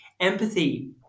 empathy